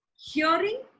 Hearing